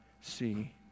see